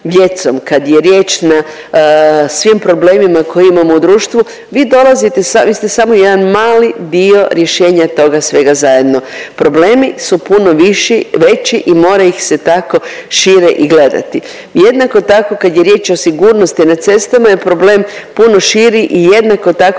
kad je riječ na svim problemima koje imamo u društvu, vi dolazite, vi ste samo jedan mali dio rješenja toga svega zajedno. Problemi su puno viši, veći i mora ih se tako šire i gledati. Jednako tako kad je riječ o sigurnosti na cestama, je problem puno širi i jednako tako